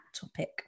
topic